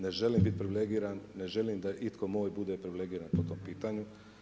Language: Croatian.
Ne želim bit privilegiran, ne želilm da itko moj bude privilegiran po tom pitanju.